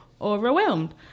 overwhelmed